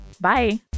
Bye